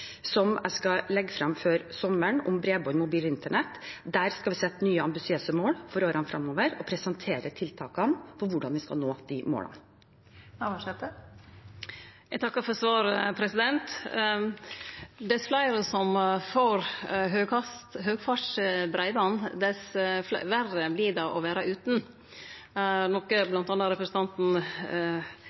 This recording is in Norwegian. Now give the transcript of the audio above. som jeg skal legge frem før sommeren, om bredbånd, mobil og internett. Der vil vi sette nye ambisiøse mål for årene fremover og presentere tiltakene for hvordan vi skal nå de målene. Eg takkar for svaret. Dess fleire som får høgfartsbreiband, dess verre vert det å vere utan, noko bl.a. representanten